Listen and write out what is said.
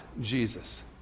Jesus